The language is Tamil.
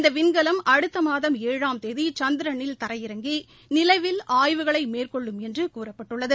இந்த விண்கலம் அடுத்த மாதம் ஏழாம் தேதி சந்திரனில் தரையிறங்கி நிலவில் ஆய்வுகளை மேற்கொள்ளும் என்று கூறப்பட்டுள்ளது